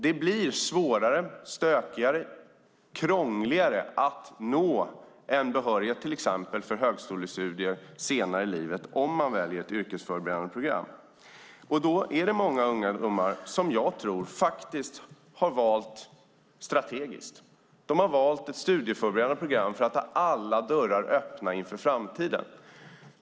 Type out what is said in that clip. Det blir svårare, stökigare och krångligare att nå en behörighet till exempel till högskolestudier senare i livet om man väljer ett yrkesförberedande program. Därför tror jag att många ungdomar har valt strategiskt. De har valt ett studieförberedande program för att ha alla dörrar öppna inför framtiden.